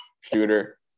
shooter